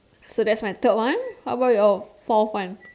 so that's my third one how about your fourth one